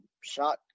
shot